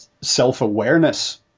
self-awareness